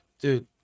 dude